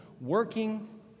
working